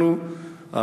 אנחנו,